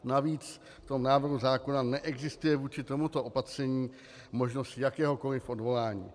Navíc v návrhu zákona neexistuje vůči tomuto opatření možnost jakéhokoli odvolání.